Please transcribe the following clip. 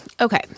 okay